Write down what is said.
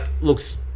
looks